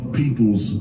people's